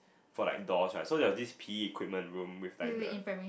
for like doors right so there was this P_E equipment room with like the